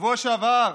בשבוע שעבר,